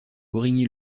origny